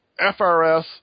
FRS